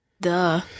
Duh